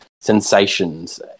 sensations